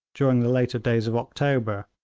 during the later days of october,